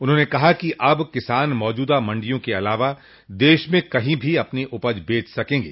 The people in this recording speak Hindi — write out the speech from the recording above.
उन्होंने कहा कि अब किसान मौजूदा मंडियों के अलावा देश में कहीं भी अपनी उपज बेच सकेंगे